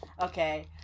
Okay